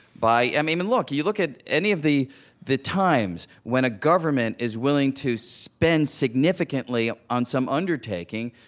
by i mean, and look, you you look at any of the the times when a government is willing to spend significantly on some undertaking,